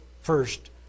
first